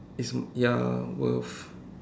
it's ya worth